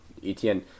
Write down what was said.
ETN